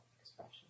expression